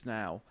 now